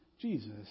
Jesus